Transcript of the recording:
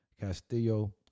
castillo